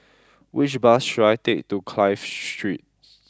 which bus should I take to Clive Street